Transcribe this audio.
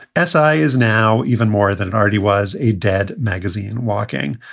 essi is now even more than it already was a dead magazine walking.